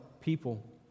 people